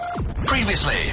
Previously